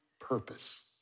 purpose